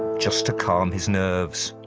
just to calm his nerves.